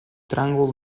tràngol